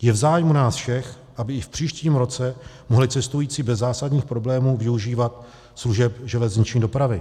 Je v zájmu nás všech, aby i v příštím roce mohli cestující bez zásadních problémů využívat služeb železniční dopravy.